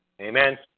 Amen